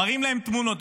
מראים להם תמונות.